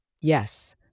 Yes